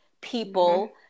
people